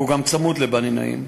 הוא גם צמוד לבני-נעים.